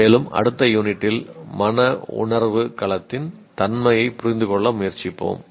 மேலும் அடுத்த யூனிட்டில் மன உணர்வு களத்தின் தன்மையைப் புரிந்துகொள்ள முயற்சிப்போம்